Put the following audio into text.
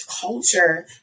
culture